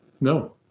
No